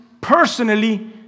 personally